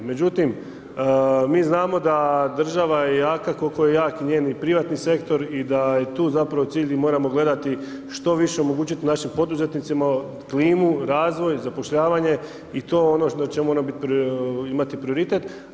Međutim, mi znamo da je država jaka koliko je jak i njen privatni sektor i da je tu zapravo cilj di moramo gledati što više omogućiti našim poduzetnicima, klimu, razvoj, zapošljavanje i to je ono na čemu mora imati prioritet.